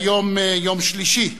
היום יום שלישי,